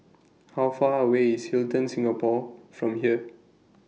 How Far away IS Hilton Singapore from here